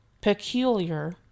peculiar